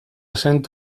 sent